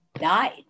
died